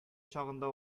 чагында